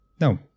no